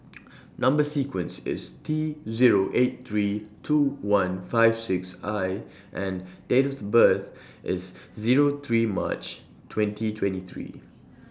Number sequence IS T Zero eight three two one five six I and Date of birth IS Zero three March twenty twenty three